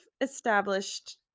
established